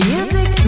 Music